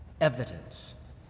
evidence